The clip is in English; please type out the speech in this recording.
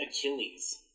Achilles